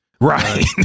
right